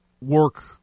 work